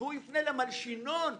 והוא יפנה למלשינון ויאמר: